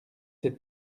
cette